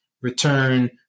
return